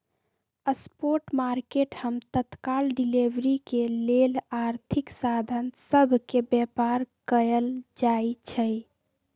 spot market हम तत्काल delivery के लेल आर्थिक साधन सभ के व्यापार कयल जाइ छइ